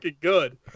good